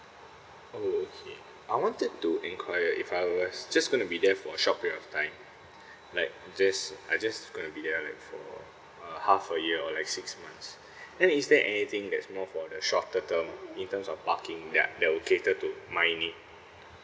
oh okay I wanted to enquire if I was just going to be there for short period of time like just I just going to be there like for uh half a year or like six months then is there anything that's more for the shorter term in terms of parking that that would cater to my need